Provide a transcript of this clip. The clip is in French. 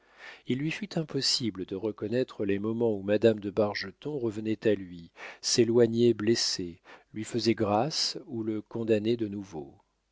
il lui fut impossible de reconnaître les moments où madame de bargeton revenait à lui s'éloignait blessée lui faisait grâce ou le condamnait de nouveau